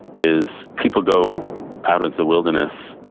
is people go out in the wilderness.